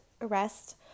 arrest